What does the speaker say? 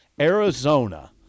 Arizona